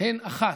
"הן" אחת,